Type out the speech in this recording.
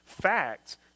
Facts